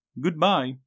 goodbye